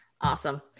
Awesome